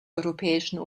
europäischen